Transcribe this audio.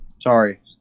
Sorry